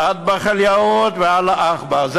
"אטבח אל-יהוד" ו"אללהו אכבר".